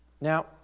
Now